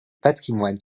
patrimoine